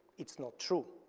it's not true,